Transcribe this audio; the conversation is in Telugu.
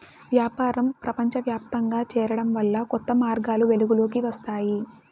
వ్యాపారం ప్రపంచవ్యాప్తంగా చేరడం వల్ల కొత్త మార్గాలు వెలుగులోకి వస్తాయి